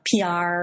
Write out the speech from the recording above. PR